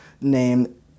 named